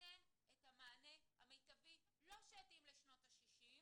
ייתן את המענה המיטבי לא שיתאים לשנות ה-60,